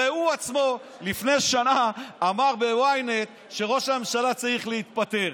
הרי הוא עצמו לפני שנה אמר ב-ynet שראש הממשלה צריך להתפטר.